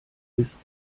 ist